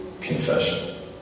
confession